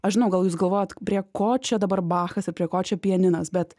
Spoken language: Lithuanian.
aš žinau gal jūs galvojat prie ko čia dabar bachas ir prie ko čia pianinas bet